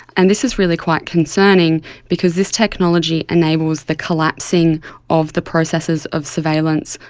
and this is really quite concerning because this technology enables the collapsing of the processes of surveillance,